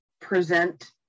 present